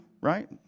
right